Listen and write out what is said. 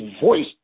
voice